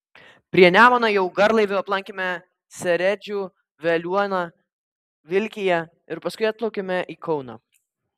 prie nemuno jau garlaiviu aplankėme seredžių veliuoną vilkiją ir paskui atplaukėme į kauną